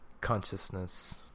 consciousness